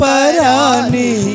Parani